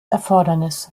erfordernis